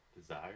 desire